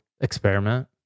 experiment